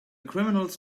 criminals